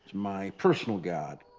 my personal god.